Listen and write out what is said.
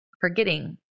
forgetting